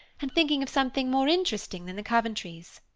and thinking of something more interesting than the coventrys.